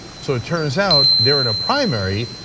so it turns out, they're in a primary,